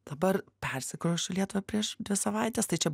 dabar persikrausčiau į lietuvą prieš dvi savaites tai čia